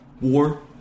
War